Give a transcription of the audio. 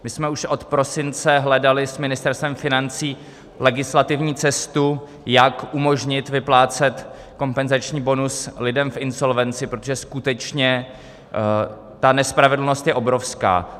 My jsme už od prosince hledali s Ministerstvem financí legislativní cestu, jak umožnit vyplácet kompenzační bonus lidem v insolvenci, protože ta nespravedlnost je skutečně obrovská.